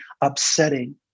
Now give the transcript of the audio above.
upsetting